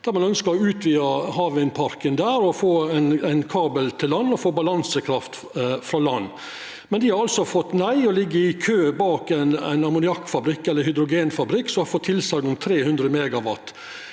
der ein ønskjer å utvida havvindparken og få ein kabel til land og få balansekraft frå land. Men dei har fått nei og ligg i kø bak ein ammoniakkfabrikk eller hydrogenfabrikk som har fått tilsegn om 300 MW.